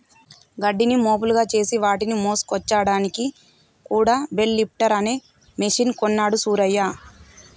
గడ్డిని మోపులుగా చేసి వాటిని మోసుకొచ్చాడానికి కూడా బెల్ లిఫ్టర్ అనే మెషిన్ కొన్నాడు సూరయ్య